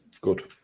Good